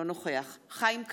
אינו נוכח חיים כץ,